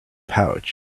pouch